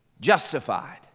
justified